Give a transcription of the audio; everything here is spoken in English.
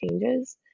changes